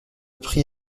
prix